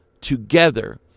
together